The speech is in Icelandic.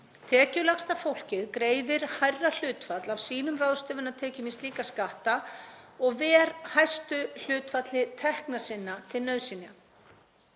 Tekjulægsta fólkið greiðir hærra hlutfall af sínum ráðstöfunartekjum í slíka skatta og ver hæstu hlutfalli tekna sinna til nauðsynja.